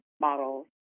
models